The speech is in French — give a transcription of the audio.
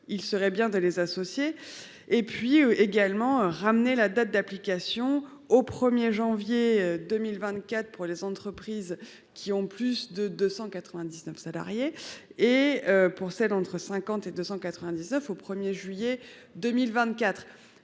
il serait bien de les associer et puis également ramener la date d'application au 1er janvier 2024 pour les entreprises qui ont plus de 299 salariés et pour celles entre 50 et 299 au 1er juillet 2024.